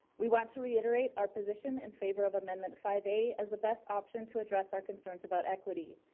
we want to reiterate our position in favor of amendment five a as a best option to address our concerns about equity.